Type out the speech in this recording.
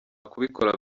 kubikora